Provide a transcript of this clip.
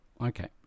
okay